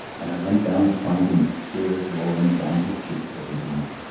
and i went down to find him with tears rolling down his cheeks as he hummed,